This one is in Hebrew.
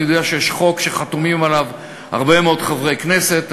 אני יודע שיש חוק שחתומים עליו הרבה מאוד חברי כנסת.